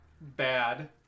bad